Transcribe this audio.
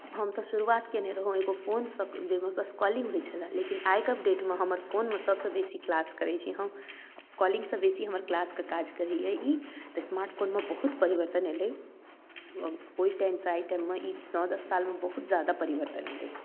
हम तऽ शुरुआत कएने रहौँ एगो फोनसँ जाहिमे बस कॉलिङ्ग होइ छलै लेकिन आइके डेटमे हमर फोनमे सबसँ बेसी किलास करै छी हम कॉलिङ्गसँ बेसी हमर किलासके काज करैए ई तऽ स्मार्ट फोनमे बहुत परिवर्तन अएलै ओहि टाइमसँ आइ टाइममे ई नओ दस सालमे बहुत ज्यादा परिवर्तन अएलै